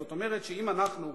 זאת אומרת שאם אנחנו,